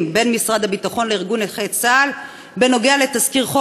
בין משרד הביטחון לארגון נכי צה"ל בנוגע לתזכיר חוק